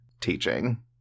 teaching